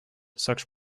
such